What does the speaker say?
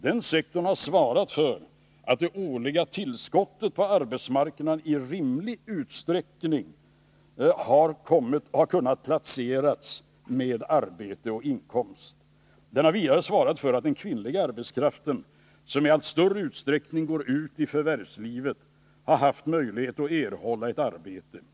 Den sektorn har svarat för att det årliga tillskottet på arbetsmarknaden i rimlig utsträckning har kunnat placeras med arbete och inkomster. Den har vidare svarat för att den kvinnliga arbetskraften, som i allt större utsträckning går ut i förvärvslivet, har haft möjlighet att erhålla ett arbete.